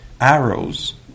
arrows